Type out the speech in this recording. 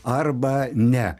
arba ne